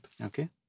Okay